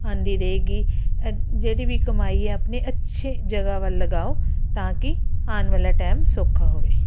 ਆਂਦੀ ਰਹੇਗੀ ਜਿਹੜੀ ਵੀ ਕਮਾਈ ਆਪਣੇ ਅੱਛੇ ਜਗਹਾ ਵੱਲ ਲਗਾਓ ਤਾਂ ਕਿ ਆਉਣ ਵਾਲਾ ਟਾਈਮ ਸੌਖਾ ਹੋਵੇ